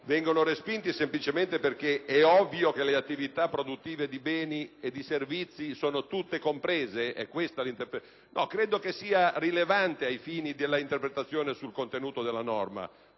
vengono respinti semplicemente perché è ovvio che le attività produttive di beni e servizi sono tutte comprese? Credo che una precisazione del genere sia rilevante ai fini dell'interpretazione sul contenuto della norma.